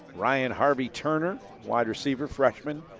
ryan harvey-turner, wide receiver, freshman,